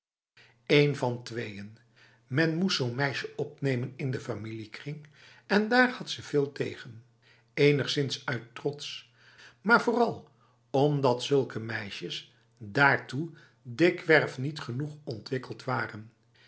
een van tweeën men moest z'n meisje opnemen in de familiekring en daar had ze veel tegen enigszins uit trots maar vooral omdat zulke meisjes daartoe dikwerf niet genoeg ontwikkeld waren